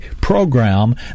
program